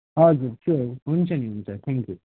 हजुर स्योर हुन्छ नि हुन्छ थ्याङ्क्यू